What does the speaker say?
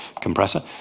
compressor